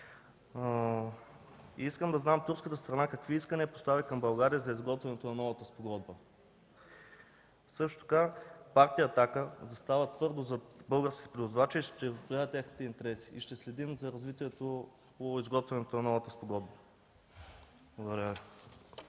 Искам да знам турската страна какви искания постави към България при изготвянето на новата спогодба. Партия „Атака” застава твърдо зад българските превозвачи, ще защитава техните интереси и ще следим за развитието по изготвянето на новата спогодба. Благодаря